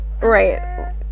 right